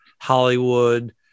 Hollywood